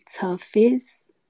toughest